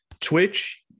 Twitch